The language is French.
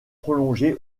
prolongé